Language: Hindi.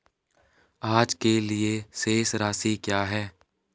आज के लिए शेष राशि क्या है?